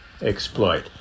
exploit